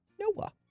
Noah